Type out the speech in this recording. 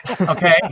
Okay